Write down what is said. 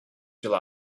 july